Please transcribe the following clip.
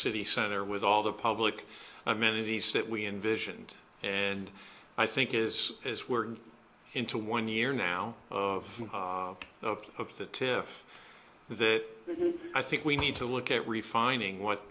city center with all the public amenities that we envisioned and i think is as we're into one year now of of the tiff that i think we need to look at refining what